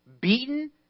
beaten